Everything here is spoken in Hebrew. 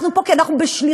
אנחנו פה כי אנחנו בשליחות.